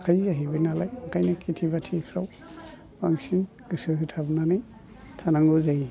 थाखायो जाहैबाय नालाय ओंखायनो खेथि बाथिफ्राव बांसिन गोसो होथारनानै थानांगौ जायो